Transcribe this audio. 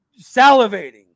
salivating